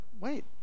wait